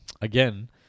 again